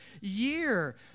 year